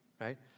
right